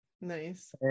nice